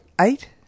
eight